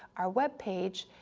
our webpage,